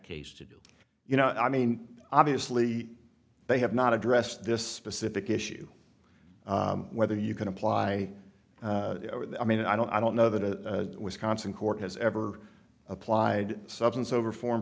case to do you know i mean obviously they have not addressed this specific issue whether you can apply i mean i don't i don't know that a wisconsin court has ever applied substance over for